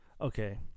Okay